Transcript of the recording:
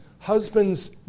Husbands